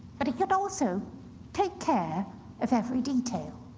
but he could also take care of every detail.